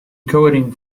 coding